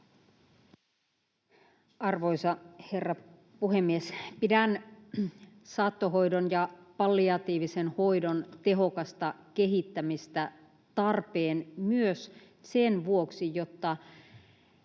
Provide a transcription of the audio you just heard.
Arvoisa herra puhemies! Pidän saattohoidon ja palliatiivisen hoidon tehokasta kehittämistä tarpeellisena myös sen vuoksi, että